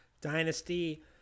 Dynasty